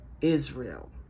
Israel